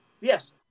Yes